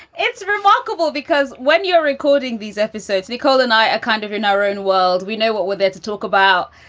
it's remarkable because when you're recording these episodes, nicole and i are kind of in our own world. we know what we're there to talk about.